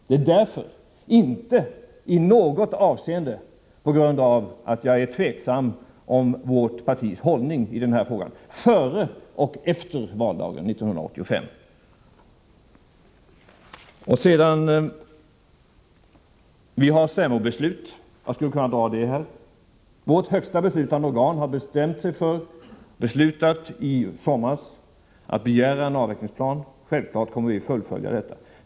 Det är därför, inte på grund av att jag i något avseende skulle vara tveksam om vårt partis hållning i den här frågan — vare sig före eller efter valdagen 1985. Vi har för det första stämmobeslut — jag skulle kunna dra det här. Vårt högsta beslutande organ beslutade i somras att begära en avvecklingsplan. Självfallet kommer vi att fullfölja detta beslut.